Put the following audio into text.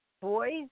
boys